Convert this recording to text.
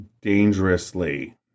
dangerously